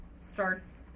starts